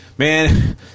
Man